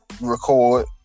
record